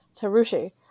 tarushi